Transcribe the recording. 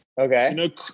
Okay